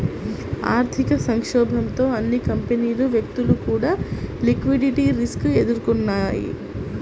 ఆర్థిక సంక్షోభంతో అన్ని కంపెనీలు, వ్యక్తులు కూడా లిక్విడిటీ రిస్క్ ఎదుర్కొన్నయ్యి